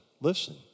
listen